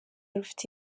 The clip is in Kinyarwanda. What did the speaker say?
rufite